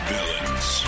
Villains